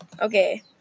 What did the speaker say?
Okay